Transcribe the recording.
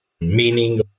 meaning